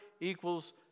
equals